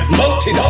multi